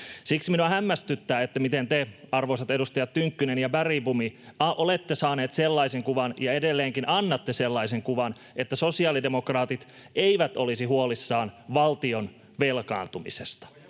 Siksi minua hämmästyttää, miten te, arvoisat edustajat Tynkkynen ja Bergbom, olette saaneet sellaisen kuvan ja edelleenkin annatte sellaisen kuvan, että sosiaalidemokraatit eivät olisi huolissaan valtion velkaantumisesta,